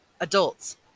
adults